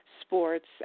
sports